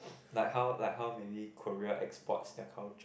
like how like how maybe Korea exports their culture